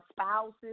spouses